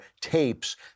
tapes